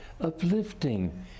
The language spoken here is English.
uplifting